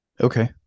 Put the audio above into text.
Okay